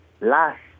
Last